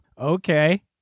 okay